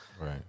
Right